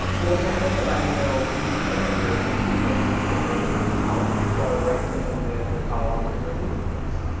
well, now that i know who the manager is, i actually don't need the manager column, so i'll write click on the manager column and remove this.